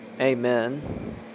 amen